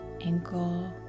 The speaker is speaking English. ankle